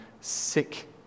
sick